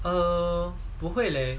um 不会 leh